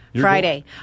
Friday